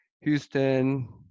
Houston